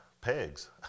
pegs